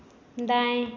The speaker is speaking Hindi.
दाएँ